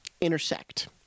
intersect